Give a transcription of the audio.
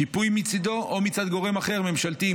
שיפוי מצידו או מצד גורם ממשלתי אחר,